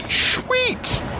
sweet